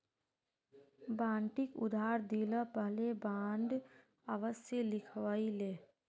बंटिक उधार दि ल पहले बॉन्ड अवश्य लिखवइ ले